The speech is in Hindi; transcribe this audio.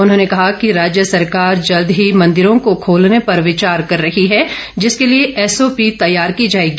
उन्होंने कहा कि राज्य सरकार जल्द ही मंदिरों को खोलने पर विचार कर रही है जिसके लिए एसओपी तैयार की जाएगी